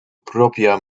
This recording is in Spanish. propia